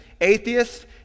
atheists